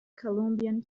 columbia